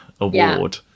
award